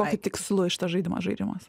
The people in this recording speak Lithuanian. kokiu tikslu šitas žaidimas žaidžiamas